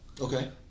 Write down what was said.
Okay